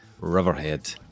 riverhead